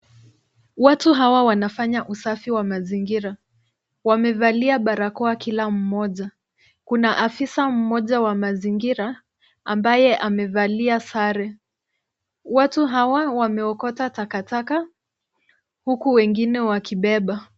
Watu hawa wanafanya usafi wa mazingira. Wamevalia barakoa kila mmoja. Kuna afisa mmoja wa mazingira ambaye amevalia sare. Watu hawa wameokota taka taka huku wengine wakibeba.